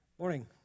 Morning